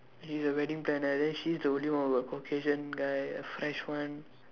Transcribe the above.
he's a wedding planner then she's the only one with a Caucasian guy a French one